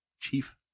chief